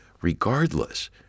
regardless